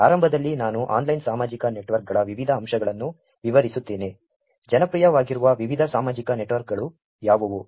ಆರಂಭದಲ್ಲಿ ನಾನು ಆನ್ಲೈನ್ ಸಾಮಾಜಿಕ ನೆಟ್ವರ್ಕ್ಗಳ ವಿವಿಧ ಅಂಶಗಳನ್ನು ವಿವರಿಸುತ್ತೇನೆ ಜನಪ್ರಿಯವಾಗಿರುವ ವಿವಿಧ ಸಾಮಾಜಿಕ ನೆಟ್ವರ್ಕ್ಗಳು ಯಾವುವು